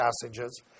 passages